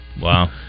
Wow